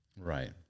Right